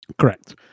Correct